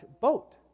boat